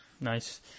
Nice